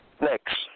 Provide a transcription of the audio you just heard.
Next